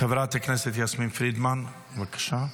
חברת הכנסת יסמין פרידמן, בבקשה.